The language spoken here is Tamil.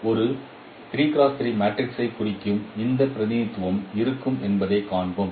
ஒரு மேட்ரிக்ஸைக் குறிக்கும் இந்த பிரதிநிதித்துவம் இருக்கும் என்பதைக் காண்போம்